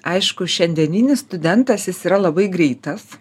aišku šiandieninis studentas jis yra labai greitas